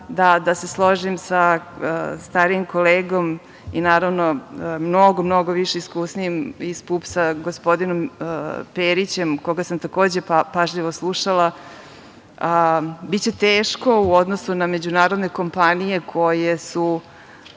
da se složim sa starijim kolegom i mnogo više iskusnijim iz PUPS-a, gospodinom Perićem koga sam takođe pažljivo slušala, biće teško u odnosu na međunarodne kompanije koje su